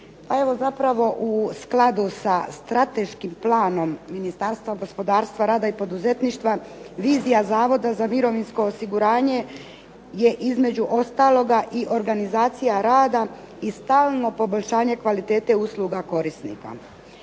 Pa evo zapravo u skladu sa strateškim planom Ministarstva gospodarstva, rada i poduzetništva, vizija Zavoda za mirovinsko osiguranje je između ostaloga i organizacija rada i stalno poboljšanje kvalitete usluga korisnika.